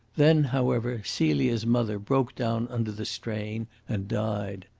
then, however, celia's mother broke down under the strain and died.